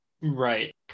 Right